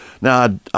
Now